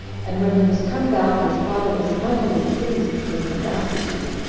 and when he was come back, his father was mightily pleased with his sagacity,